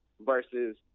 versus